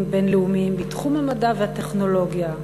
בין-לאומיים בתחום המדע והטכנולוגיה,